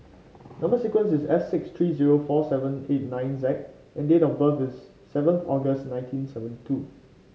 number sequence is S six three zero four seven eight nine Z and date of birth is seven August nineteen seventy two